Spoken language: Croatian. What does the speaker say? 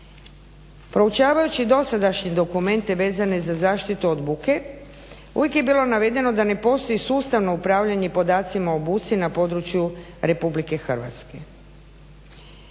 Proučavajući dosadašnje dokumente vezane za zaštitu od buke uvijek je bilo navedeno da ne postoji sustavno upravljanje podacima o buci na području Republike Hrvatske.